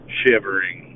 shivering